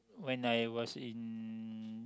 when I was in